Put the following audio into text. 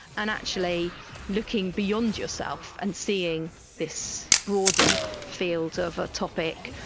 and actually looking beyond yourself and seeing this broader field of a topic,